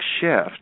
shift